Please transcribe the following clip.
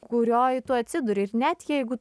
kurioj tu atsiduri ir net jeigu